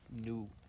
new